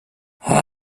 her